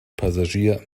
passagier